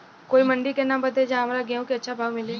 कोई मंडी के नाम बताई जहां हमरा गेहूं के अच्छा भाव मिले?